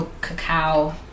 cacao